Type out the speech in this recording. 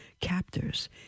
captors